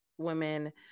women